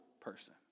person